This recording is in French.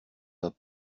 vas